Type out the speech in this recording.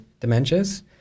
dementias